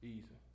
Easy